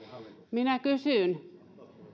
minä kysyn